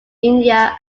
india